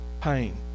pain